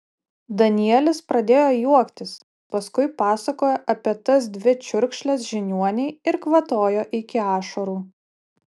danielis pradėjo juoktis paskui pasakojo apie tas dvi čiurkšles žiniuonei ir kvatojo iki ašarų